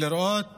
ולראות